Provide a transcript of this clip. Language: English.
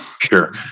Sure